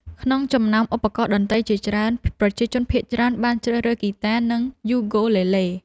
ក្នុងចំណោមឧបករណ៍តន្ត្រីជាច្រើន ប្រជាជនភាគច្រើនបានជ្រើសរើសហ្គីតា និងយូគូលេលេ ។